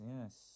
Yes